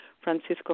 Francisco